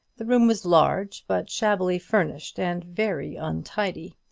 the room was large, but shabbily furnished and very untidy.